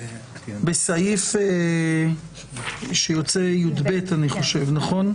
בסעיף שיוצא י"ב אני חושב, נכון?